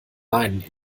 beinen